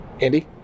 Andy